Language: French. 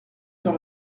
sur